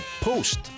post